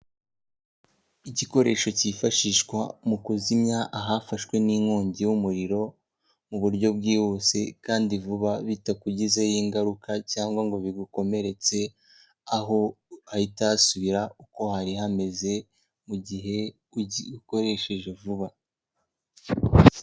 Igikoresho cyifashishwa mu kuzimya ahafashwe n'inkongi y'umuriro mu buryo bwihuse kandi vuba bitakugizeho ingaruka cyangwa ngo bigukomeretse aho hahita hasubira uko hari hameze mu gihe ugikoresheje vuba.